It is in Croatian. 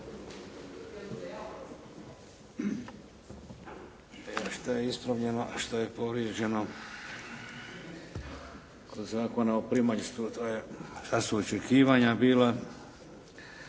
što je ispravljeno, a što povrijeđeno, kod Zakona o primaljstvu to je … očekivanja bila.